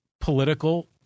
political